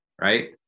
Right